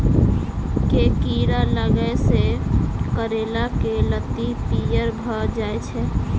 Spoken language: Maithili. केँ कीड़ा लागै सऽ करैला केँ लत्ती पीयर भऽ जाय छै?